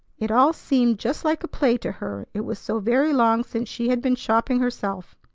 it all seemed just like a play to her, it was so very long since she had been shopping herself.